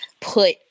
put